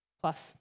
plus